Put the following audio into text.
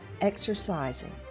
exercising